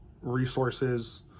resources